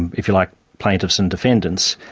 and if you like, plaintiffs and defendants,